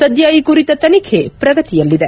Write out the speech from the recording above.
ಸದ್ಯ ಈ ಕುರಿತ ತನಿಖೆ ಪ್ರಗತಿಯಲ್ಲಿದೆ